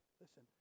Listen